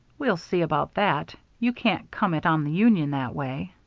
we'll see about that. you can't come it on the union that way